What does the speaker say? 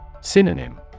Synonym